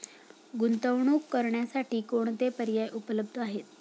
गुंतवणूक करण्यासाठी कोणते पर्याय उपलब्ध आहेत?